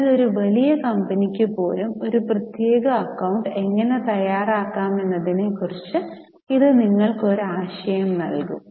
എന്നാൽ ഒരു വലിയ കമ്പനിക്ക് പോലും ഒരു പ്രത്യേക അക്കൌണ്ട് എങ്ങനെ തയ്യാറാക്കാമെന്നതിനെക്കുറിച്ച് ഇത് നിങ്ങൾക്ക് ഒരു ആശയം നൽകും